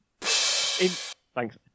Thanks